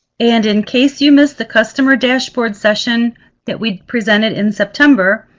and in case you missed the customer dashboard session that we presented in september,